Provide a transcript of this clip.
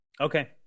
Okay